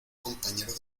compañero